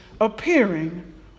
appearing